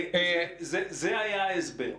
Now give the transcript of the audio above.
זה היה ההסבר.